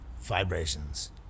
vibrations